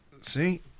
See